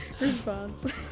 response